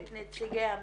את נציגי המשרדים,